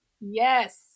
Yes